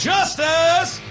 Justice